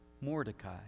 Mordecai